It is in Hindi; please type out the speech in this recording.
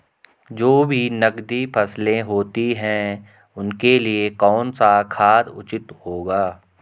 जो भी नकदी फसलें होती हैं उनके लिए कौन सा खाद उचित होगा?